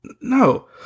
no